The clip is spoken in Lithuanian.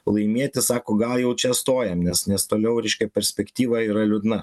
laimėti sako gal jau čia stojam nesnes toliau reiškia perspektyva yra liūdna